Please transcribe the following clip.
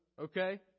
okay